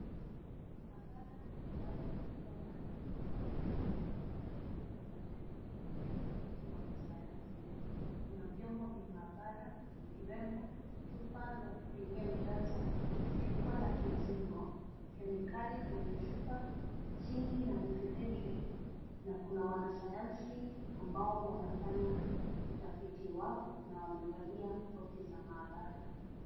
Maabara ambayo ni chumba maalum inachotumika kwa ajili ya majaribio na utafiti wa kisayansi. Kuna vyombo vimaabara, vikiwemo chupa za kupimia ujazo, jukwaa la kizingo, kemikali kwenye chupa, sinki na mifereji na kuna wanasayansi ambao wanafanya utafiti wao na wamevalia koti za maabara.